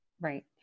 Right